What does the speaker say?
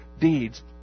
deeds